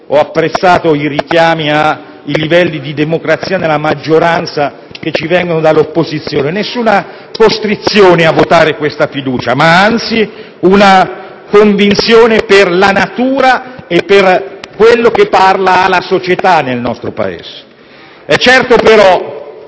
Ho apprezzato i richiami ai livelli di democrazia nella maggioranza che ci vengono dall'opposizione. Non c'è nessuna costrizione a votare questa fiducia, ma anzi una convinzione per la natura e per quello che parla alla società nel nostro Paese. È certo però